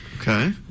Okay